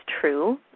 true